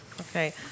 Okay